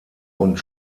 und